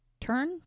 turn